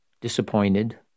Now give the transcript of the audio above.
disappointed